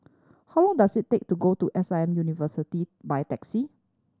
how long does it take to go to S I M University by taxi